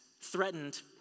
threatened